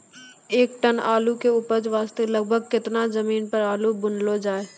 एक टन आलू के उपज वास्ते लगभग केतना जमीन पर आलू बुनलो जाय?